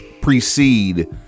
precede